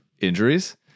injuries